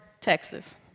Texas